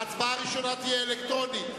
ההצבעה הראשונה תהיה אלקטרונית.